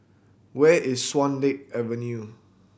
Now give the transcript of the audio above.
where is Swan Lake Avenue